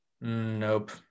nope